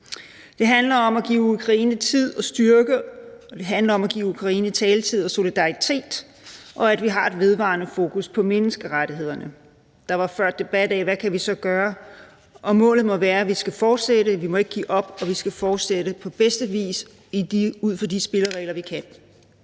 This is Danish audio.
Det handler om at give Ukraine tid og styrke. Det handler om at give Ukraine taletid og solidaritet, og at vi har et vedvarende fokus på menneskerettighederne. Der var før debat om, hvad vi så kan gøre, og målet må være, at vi skal fortsætte. Vi må ikke give op, og vi skal fortsætte på bedste vis ud fra de spilleregler, vi kan.